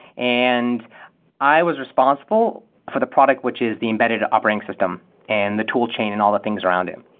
and i was responsible for the product, which is the embedded operating system and the toolchain and all the things around it.